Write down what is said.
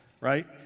right